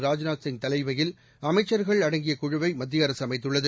ராஜ்நாத் சிங் தலைமையில் அமைச்சர்கள் அடங்கிய குழுவை மத்திய அரசு அமைத்துள்ளது